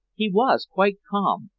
he was quite calm,